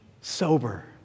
sober